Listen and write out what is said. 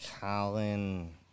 Colin